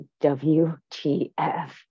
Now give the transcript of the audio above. WTF